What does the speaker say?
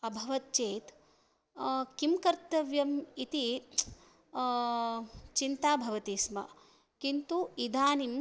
अभवत् चेत किं कर्तव्यम् इति चिन्ता भवति स्म किन्तु इदानीं